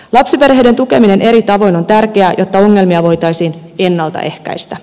lapsiperheiden tukeminen eri tavoin on tärkeää jotta ongelmia voitaisiin ennalta ehkäistä